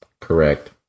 Correct